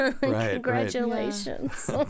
Congratulations